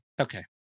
okay